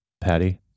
patty